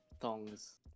thongs